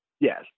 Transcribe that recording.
yes